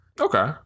Okay